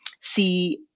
see